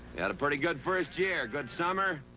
had a pretty good first year good summer,